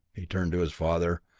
he turned to his father.